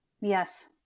Yes